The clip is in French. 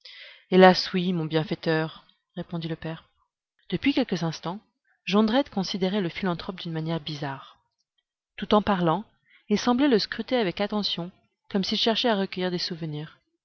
oui mon bienfaiteur répondit le père depuis quelques instants jondrette considérait le philanthrope d'une manière bizarre tout en parlant il semblait le scruter avec attention comme s'il cherchait à recueillir des souvenirs